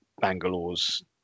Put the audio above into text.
Bangalore's